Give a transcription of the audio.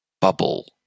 bubble